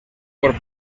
por